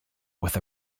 with